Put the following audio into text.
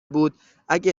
بود، اگه